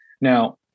Now